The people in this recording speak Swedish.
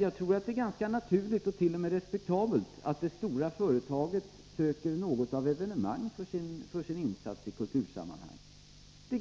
Jag tror det är ganska naturligt och t.o.m. respektabelt att det stora företaget söker något av ett evenemang för sin insats i kultursammanhang. Men